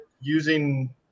using